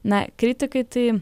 na kritikai tai